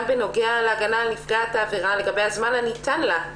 בנוגע להגנה על נפגעת העבירה לגבי הזמן הניתן לה.